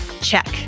Check